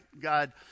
God